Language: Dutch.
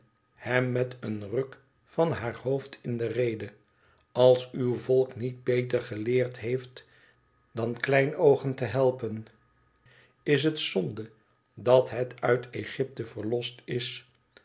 hem met een ruk van haar hoofd in derede als uw volk niet beter geleerd heeft dan kleinoogen te helpen is het zonde dat het uit egypte verlost is